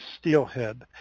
steelhead